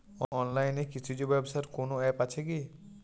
অনলাইনে কৃষিজ ব্যবসার কোন আ্যপ আছে কি?